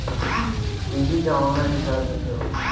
TV के online recharge कैसे होखी?